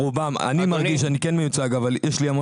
אני מרגיש שאני כן מיוצג אבל יש לי המון